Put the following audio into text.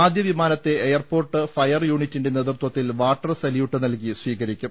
ആദ്യ വിമാനത്തെ airport fire യൂണിറ്റിന്റെ നേതൃത്വത്തിൽ വാട്ടർ സല്യൂട്ട് നൽകി സ്വീകരിക്കും